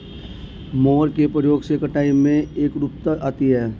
mower के प्रयोग से कटाई में एकरूपता आती है